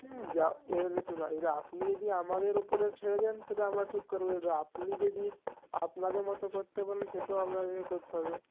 আপনি যদি আমাদের ওপরেও ছেড়ে দেন সেটা আমরা ঠিক করবো এবার আপনি যদি আপনাদের মতো করতে বলেন সেটা আপনাকে করতে হবে